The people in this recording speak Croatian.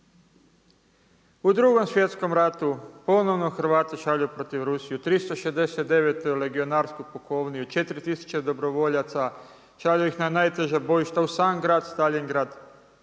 U Drugom svjetskom ratu ponovno Hrvati šalju protiv Rusije 369. legionarsku pukovniju, 4 tisuće dobrovoljaca, šalju ih na najteža bojišta u …, Staljingrad